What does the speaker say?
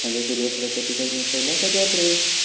माझ्या सूर्यफुलाच्या पिकाक मी खयला खत वापरू?